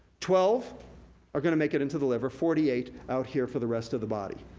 twelve are gonna make it into the liver, forty eight out here for the rest of the body.